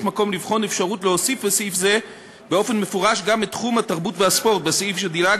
לעובדים זרים בתחום האמנות והתרבות להישאר